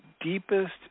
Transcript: deepest